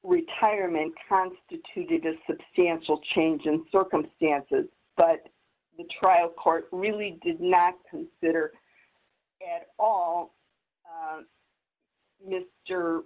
retirement constituted a substantial change in circumstances but the trial court really did not consider at all mr m